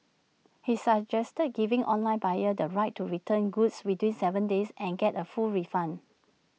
he suggested giving online buyers the right to return goods within Seven days and get A full refund